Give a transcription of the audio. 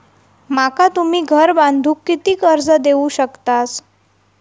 माका तुम्ही घर बांधूक किती कर्ज देवू शकतास?